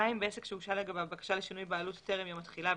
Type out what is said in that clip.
בעסק שהוגשה לגביו בקשה לשינוי בעלות טרם יום התחילה,